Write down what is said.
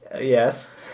Yes